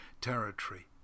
territory